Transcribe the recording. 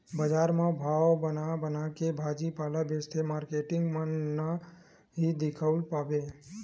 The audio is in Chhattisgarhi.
बजार म भाग बना बनाके भाजी पाला बेचत मारकेटिंग मन ल ही दिखउल पाबे